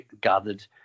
gathered